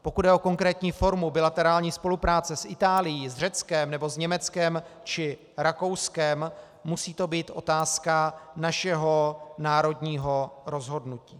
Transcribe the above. Pokud jde o konkrétní formu bilaterální spolupráce s Itálií, s Řeckem nebo s Německem či Rakouskem, musí to být otázka našeho národního rozhodnutí.